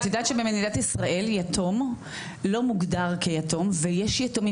את יודעת שבמדינת ישראל יתום לא מוגדר כיתום ויש יתומים